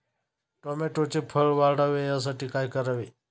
टोमॅटोचे फळ वाढावे यासाठी काय करावे?